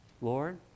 Lord